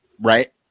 right